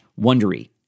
wondery